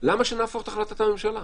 למה שנהפוך את החלטה הממשלה?